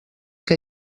que